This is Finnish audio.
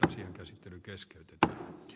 asian käsittely keskeytetään